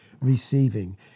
receiving